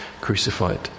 crucified